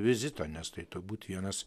vizito nes tai turbūt vienas